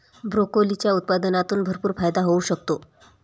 ब्रोकोलीच्या उत्पादनातून भरपूर फायदा होऊ शकतो